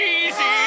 easy